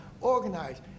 organize